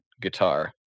guitar